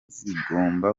zigomba